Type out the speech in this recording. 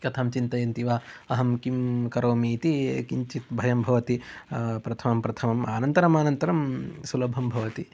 कथं चिन्तयन्ति वा अहं किं करोमि इति किञ्चित् भयं भवति प्रथमं प्रथमम् अनन्तरम् अनन्तरं सुलभं भवति